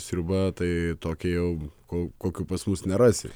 sriuba tai tokia jau ko kokių pas mus nerasi